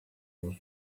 was